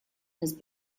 has